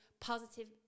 positive